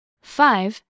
Five